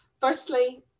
Firstly